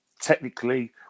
Technically